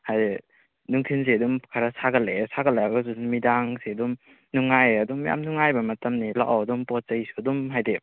ꯍꯥꯏꯗꯤ ꯅꯨꯡꯊꯤꯟꯁꯦ ꯑꯗꯨꯝ ꯈꯔ ꯁꯥꯒꯠꯂꯛꯑꯦ ꯁꯥꯒꯠꯂꯛꯑꯒꯁꯨ ꯅꯨꯃꯤꯗꯥꯡꯁꯦ ꯑꯗꯨꯝ ꯅꯨꯡꯉꯥꯏꯌꯦ ꯑꯗꯨꯝ ꯌꯥꯝ ꯅꯨꯡꯉꯥꯏꯕ ꯃꯇꯝꯅꯤ ꯂꯥꯛꯑꯣ ꯑꯗꯨꯝ ꯄꯣꯠ ꯆꯩꯁꯨ ꯑꯗꯨꯝ ꯍꯥꯏꯗꯤ